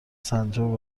سنجابه